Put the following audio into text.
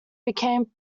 became